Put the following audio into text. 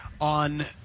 on